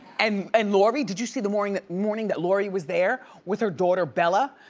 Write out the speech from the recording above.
and and lori, did you see the morning that morning that lori was there with her daughter, bella,